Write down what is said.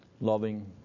loving